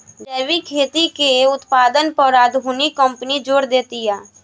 जैविक खेती के उत्पादन पर आधुनिक कंपनी जोर देतिया